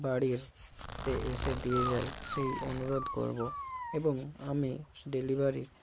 বাড়িরতে এসে দিয়ে যায় সেই অনুরোধ করব এবং আমি ডেলিভারি